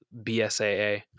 BSAA